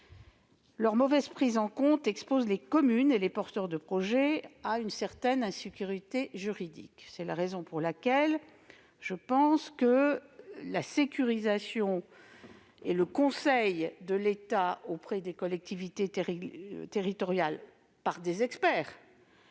Leur mauvaise prise en compte expose les communes et les porteurs de projet à une certaine insécurité juridique. C'est la raison pour laquelle je pense que la sécurisation et le conseil, par des experts, auprès des collectivités territoriales permettent